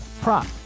prop